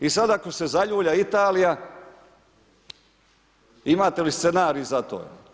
I sada ako se zaljulja Italija imate li scenarij za to?